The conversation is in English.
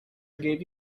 gave